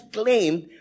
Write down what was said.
claimed